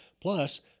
Plus